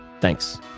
Thanks